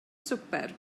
swper